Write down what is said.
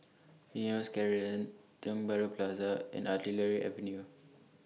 Eunos Crescent Tiong Bahru Plaza and Artillery Avenue